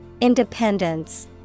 Independence